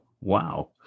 Wow